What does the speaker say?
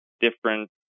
different